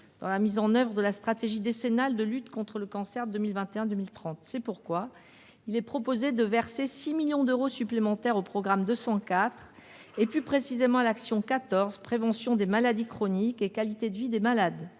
dans la mise en œuvre de la stratégie décennale de lutte contre le cancer 2021 2030. C’est pourquoi il est proposé de verser 6 millions d’euros supplémentaires au programme 204, plus précisément à l’action n° 14 « Prévention des maladies chroniques et qualité de vie des malades